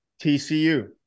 TCU